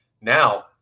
Now